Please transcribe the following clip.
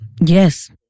Yes